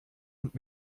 und